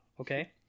Okay